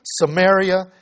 Samaria